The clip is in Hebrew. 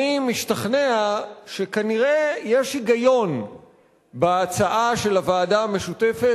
אני משתכנע שכנראה יש היגיון בהצעה של הוועדה המשותפת,